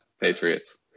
Patriots